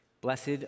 Blessed